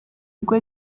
ubu